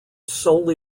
solely